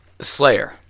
Slayer